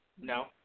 no